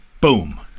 Boom